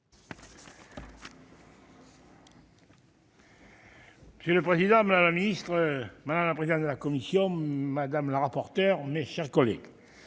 Monsieur le président, madame la ministre, madame la présidente de la commission, madame le rapporteur, mes chers collègues,